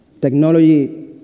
technology